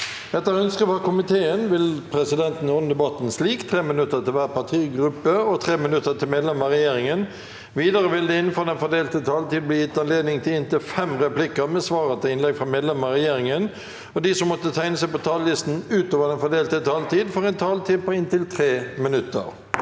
Etter ønske fra næringsko- miteen vil presidenten ordne debatten slik: 3 minutter til hver partigruppe og 3 minutter til medlemmer av regjeringen. Videre vil det – innenfor den fordelte taletid – bli gitt anledning til inntil seks replikker med svar etter innlegg fra medlemmer av regjeringen, og de som måtte tegne seg på talerlisten utover den fordelte taletid, får også en taletid på inntil 3 minutter.